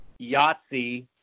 Yahtzee